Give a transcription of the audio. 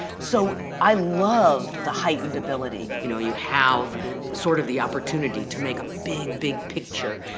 so i loved the heightened ability. you know you have sort of the opportunity to make a big, big picture,